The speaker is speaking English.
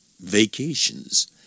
vacations